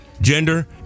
gender